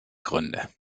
gründe